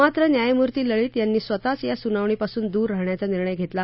मात्र न्यायमूर्ती लळित यांनी स्वतःच या सुनावणीपासून दूर राहण्याचा निर्णय घेतला